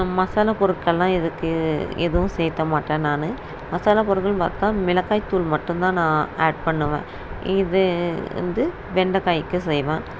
மசாலா பொருட்களெலாம் இதுக்கு எதுவும் சேர்த்த மாட்டேன் நான் மாசாலா பொருட்களென்னு பார்த்தா மிளகாய்த்தூள் மட்டும்தான் நான் ஆட் பண்ணுவேன் இது வந்து வெண்டக்காய்க்கு செய்வேன்